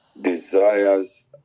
desires